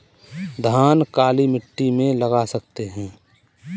धान काली मिट्टी में लगा सकते हैं?